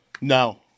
No